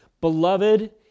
beloved